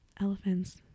Elephants